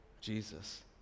Jesus